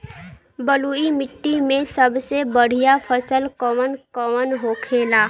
बलुई मिट्टी में सबसे बढ़ियां फसल कौन कौन होखेला?